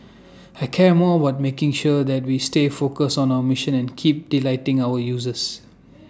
I care more about making sure that we stay focused on our mission and keep delighting our users